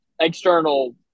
external